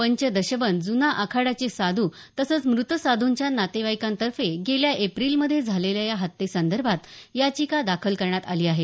पंच दशबन जुना आखाडाचे साधू तसंच मृत साधूंच्या नातेवाईकांतर्फे गेल्या एप्रिलमध्ये झालेल्या या हत्येसंदर्भात याचिका दाखल करण्यात आली आहे